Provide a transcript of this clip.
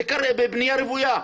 זה קורה בבנייה רוויה.